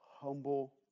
humble